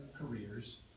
careers